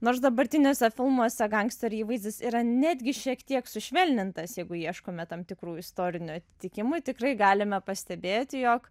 nors dabartiniuose filmuose gangsterių įvaizdis yra netgi šiek tiek sušvelnintas jeigu ieškome tam tikrų istorinių atitikimų tikrai galime pastebėti jog